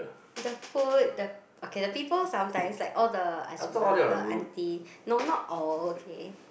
the food the okay the people sometimes like all the Ajumma the aunty no not all okay